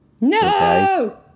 No